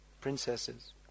princesses